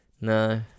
No